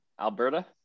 alberta